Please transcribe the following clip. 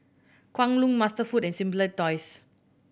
Kwan Loong MasterFood and Simply Toys